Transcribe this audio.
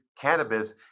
cannabis